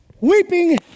Weeping